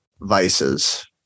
vices